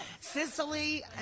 Sicily